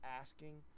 asking